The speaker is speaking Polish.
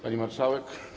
Pani Marszałek!